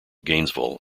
gainesville